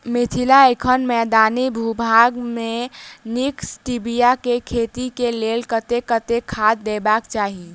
मिथिला एखन मैदानी भूभाग मे नीक स्टीबिया केँ खेती केँ लेल कतेक कतेक खाद देबाक चाहि?